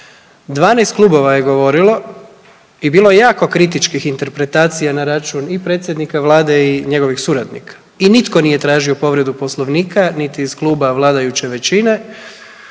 12 klubova je govorilo i bilo je jako kritičkih interpretacija na račun i predsjednika vlade i njegovih suradnika i nitko nije tražio povredu poslovnika niti iz kluba vladajuće većine,